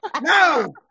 no